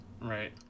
right